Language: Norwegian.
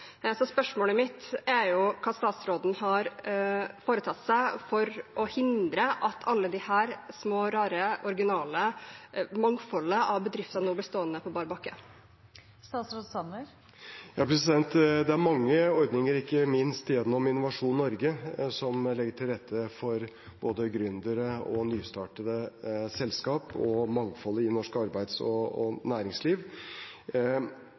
Spørsmålet mitt er hva statsråden har foretatt seg for å hindre at alle disse små, rare, originale – dette mangfoldet av bedrifter nå blir stående på bar bakke. Det er mange ordninger, ikke minst gjennom Innovasjon Norge, som legger til rette for både gründere, nystartede selskap og mangfoldet i norsk arbeids- og